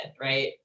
right